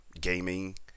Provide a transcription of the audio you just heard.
gaming